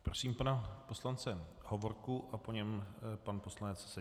Prosím pana poslance Hovorku, po něm pan poslanec Seďa.